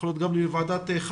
יכול להיות גם לוועדת חריגים,